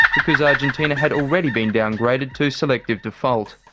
because argentina had already been downgraded to selective default.